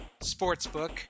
Sportsbook